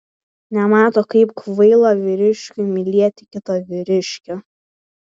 nemato kaip kvaila vyriškiui mylėti kitą vyriškį